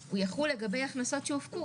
הוא ימשיך להיות זכאי.